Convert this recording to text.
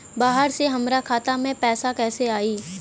बाहर से हमरा खाता में पैसा कैसे आई?